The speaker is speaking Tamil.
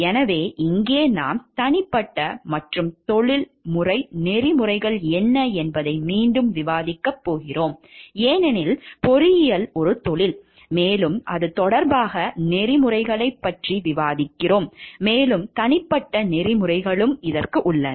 எனவே இங்கே நாம் தனிப்பட்ட மற்றும் தொழில்முறை நெறிமுறைகள் என்ன என்பதை மீண்டும் விவாதிக்கப் போகிறோம் ஏனெனில் பொறியியல் ஒரு தொழில் மேலும் அது தொடர்பாக நெறிமுறைகளைப் பற்றி விவாதிக்கிறோம் மேலும் தனிப்பட்ட நெறிமுறைகளும் உள்ளன